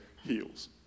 heals